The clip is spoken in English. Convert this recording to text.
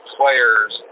players